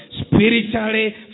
spiritually